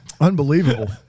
Unbelievable